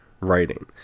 writing